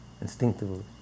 instinctively